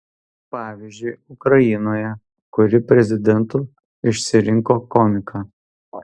pavyzdžiui ukrainoje kuri prezidentu išsirinko komiką